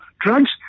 drugs